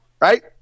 Right